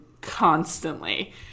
constantly